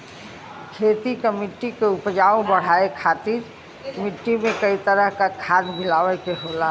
खेती क मट्टी क उपज बढ़ाये खातिर मट्टी में कई तरह क खाद मिलाये के होला